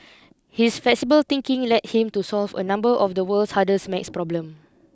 his flexible thinking led him to solve a number of the world's hardest math problem